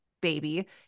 baby